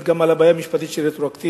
גם על הבעיה המשפטית של רטרואקטיביות,